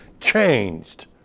changed